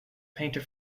painter